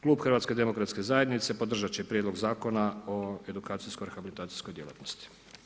Klub HDZ-a podržati će Prijedlog zakona o edukacijsko rehabilitacijskoj djelatnosti.